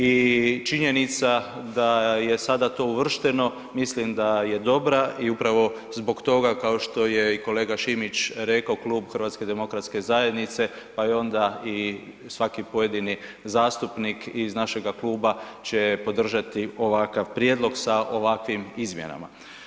I činjenica da je sada to uvršteno, mislim da je dobra i upravo zbog toga kao što je i kolega Šimić rekao, Klub HDZ-a pa i onda i svaki pojedini zastupnik iz našega kluba će podržati ovakav prijedlog sa ovakvim izmjenama.